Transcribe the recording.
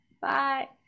Bye